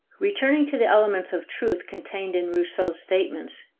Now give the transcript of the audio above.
returning to the elements of truth contained in rousseau's statements,